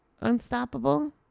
unstoppable